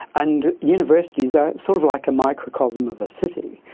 and universities are sort of like a microcosm of a city,